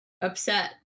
upset